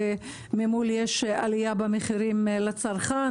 וממול יש עלייה במחירים לצרכן?